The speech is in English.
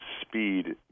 speed